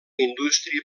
indústria